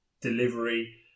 delivery